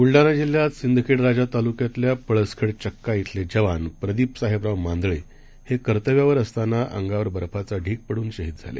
बुलडाणाजिल्ह्यातसिंदखेडराजातालुक्यातल्यापळसखेडचक्काधिलेजवानप्रदीपसाहेबरावमांदळेहेकर्तव्यावरअसतानाअंगावरब र्फाचाढीगपडूनशहीदझाले